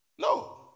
No